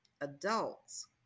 adults